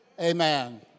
Amen